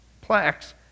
plaques